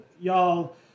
y'all